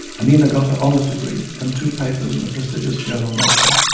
anina got her honours degree and two papers in the prestigious journal nature,